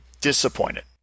disappointed